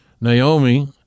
Naomi